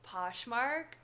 Poshmark